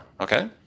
Okay